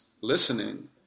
listening